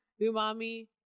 umami